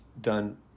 done